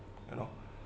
you know